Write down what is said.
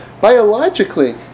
Biologically